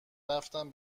رفتم